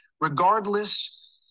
Regardless